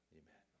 amen